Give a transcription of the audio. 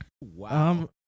wow